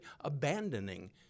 abandoning